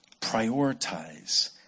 Prioritize